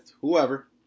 whoever